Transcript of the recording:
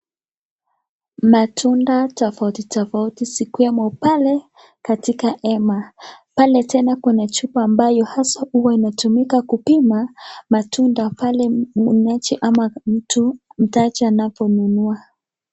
Matunda tofauti tofouti zikomo pale katika hema pale tena kuna chupa ambayo haswa hutumika kupima matunda pale mnunuaji ama mtu hutacha anaponunua.